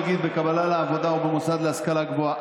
נגיד בקבלה לעבודה או במוסד להשכלה גבוהה,